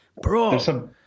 Bro